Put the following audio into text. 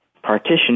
Partition